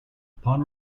upon